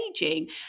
aging